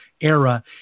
era